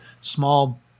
small